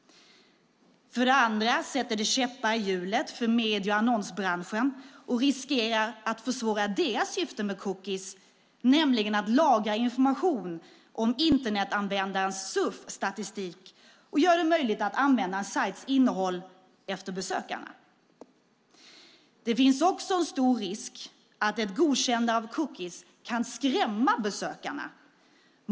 För det andra sätter det käppar i hjulet för medie och annonsbranschen och riskerar att försvåra deras syfte med cookies, nämligen att lagra information om Internetanvändarens surfhistorik och göra det möjlighet att anpassa en sajts innehåll efter besökarna. Det finns också en stor risk att ett godkännande av cookies kan skrämma besökarna.